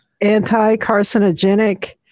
anti-carcinogenic